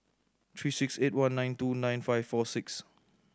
three six eight one nine two nine five four six